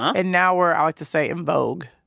and now we're i like to say in vogue.